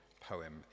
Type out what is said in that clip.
poem